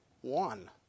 one